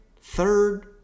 third